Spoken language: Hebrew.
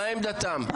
מה עמדתם בנוגע למס?